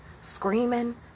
screaming